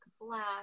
black